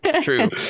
True